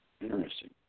Interesting